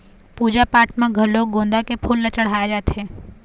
पूजा पाठ म घलोक गोंदा के फूल ल चड़हाय जाथे